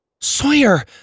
Sawyer